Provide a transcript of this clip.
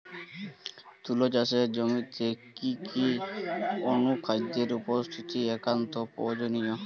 তুলা চাষের জমিতে কি কি অনুখাদ্যের উপস্থিতি একান্ত প্রয়োজনীয়?